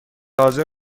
حاضر